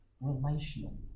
relational